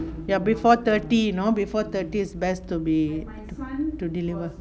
ya before thirty you know before thirty is best to be to deliver